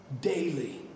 daily